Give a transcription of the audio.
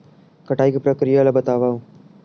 कटाई के प्रक्रिया ला बतावव?